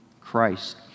Christ